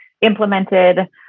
implemented